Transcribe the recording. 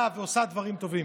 שבונה ועושה דברים טובים.